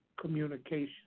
communication